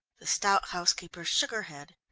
the stout housekeeper shook her head.